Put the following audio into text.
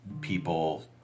people